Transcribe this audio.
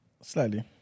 Slightly